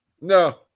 No